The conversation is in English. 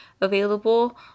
available